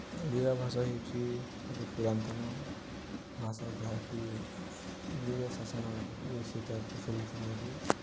ଓଡ଼ିଆ ଭାଷା ହେଉଛି ଏକ ପୁରାତନ ଭାଷା ଯାହାକି ଇଂରେଜ୍ ଶାସନରୁ ସେଇଟା ପ୍ରଚଳିତ ଭାବରେ